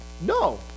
No